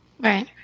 Right